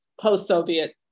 post-Soviet